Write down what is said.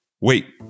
wait